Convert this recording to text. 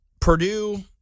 Purdue